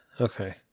Okay